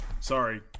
Sorry